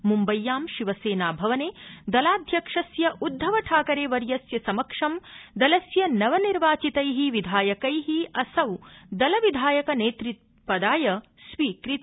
मुम्बय्यां शिवसेनाभवने दलाध्यक्षस्य उद्धव ठाकरे वर्यस्य समक्षं दलस्य नवनिर्वाचितै विधायकै असौ दल विधायक नेतृपदाय स्वीकृत